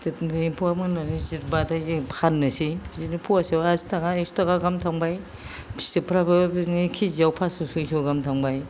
फिथोबनि एमफौ जों मोननानै जों जिरनानै फाननोसै बिदिनो फवासेआव आसि थाखा एक्स' थाखा गाहाम थांबाय फिथोबफ्राबो बिदिनो केजिआव पास्स' सयस' गाहाम थांबाय